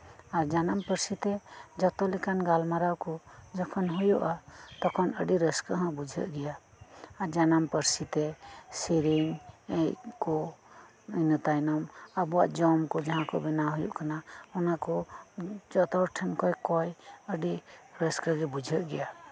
ᱟᱨ ᱡᱟᱱᱟᱢ ᱯᱟᱹᱨᱥᱤ ᱛᱮ ᱡᱚᱛᱚᱞᱮᱠᱟᱱ ᱜᱟᱞᱢᱟᱨᱟᱣ ᱠᱩ ᱡᱚᱠᱷᱚᱱ ᱦᱩᱭᱩᱜ ᱟᱛᱚᱠᱷᱚᱱ ᱟᱹᱰᱤ ᱨᱟᱹᱥᱠᱟᱹᱦᱚᱸ ᱵᱩᱡᱷᱟᱹᱜ ᱜᱮᱭᱟ ᱟᱨ ᱡᱟᱱᱟᱢ ᱯᱟᱹᱨᱥᱤᱛᱮ ᱥᱤᱨᱤᱧ ᱮᱱᱮᱡ ᱠᱩ ᱤᱱᱟᱹᱛᱟᱭᱱᱚᱢ ᱟᱵᱩᱣᱟᱜ ᱡᱚᱢᱠᱩ ᱚᱱᱟᱠᱩ ᱵᱮᱱᱟᱣ ᱦᱩᱭᱩᱜ ᱠᱟᱱᱟ ᱚᱱᱟᱠᱩ ᱡᱚᱛᱚᱦᱚᱲᱴᱷᱮᱱ ᱠᱷᱚᱱ ᱠᱚᱭ ᱟᱹᱰᱤ ᱨᱟᱹᱥᱠᱟᱹᱜᱮ ᱵᱩᱡᱷᱟᱹᱜ ᱜᱮᱭᱟ